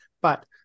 But-